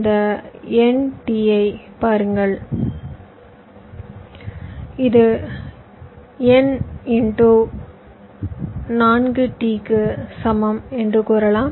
இந்த nT ஐப் பாருங்கள் இது n × 4 t க்கு சமம் என்று கூறலாம்